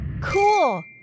Cool